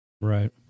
Right